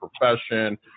profession